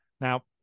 Now